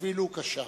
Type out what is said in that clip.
ואפילו קשה.